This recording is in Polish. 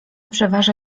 przeważa